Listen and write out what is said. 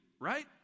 right